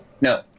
No